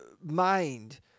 mind